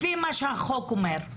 לפי מה שהחוק אומר.